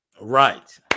Right